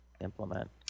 implement